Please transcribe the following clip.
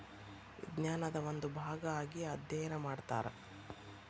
ವಿಜ್ಞಾನದ ಒಂದು ಭಾಗಾ ಆಗಿ ಅದ್ಯಯನಾ ಮಾಡತಾರ